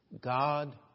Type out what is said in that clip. God